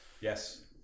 Yes